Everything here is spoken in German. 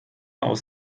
aus